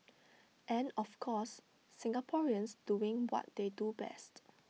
and of course Singaporeans doing what they do best